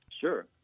sure